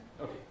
Okay